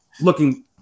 looking